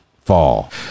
fall